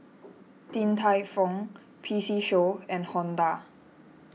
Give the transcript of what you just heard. Din Tai Fung P C Show and Honda